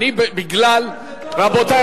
רבותי,